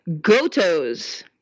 Goto's